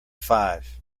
five